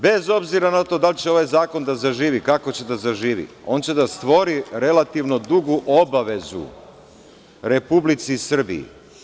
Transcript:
Bez obzira na to da li će ovaj zakon da zaživi, kako će da zaživi, on će da stvori relativno dugu obavezu Republici Srbiji.